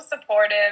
supportive